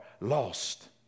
lost